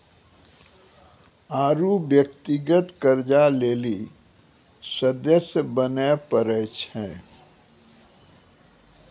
आरु व्यक्तिगत कर्जा के लेली सदस्य बने परै छै